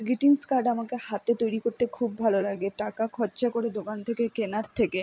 greetings card আমাকে হাতে তৈরি করতে খুব ভালো লাগে টাকা খরচা করে দোকান থেকে কেনার থেকে